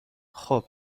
خوب